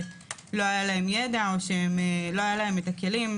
שלא היה להם ידע או לא היו להם הכלים.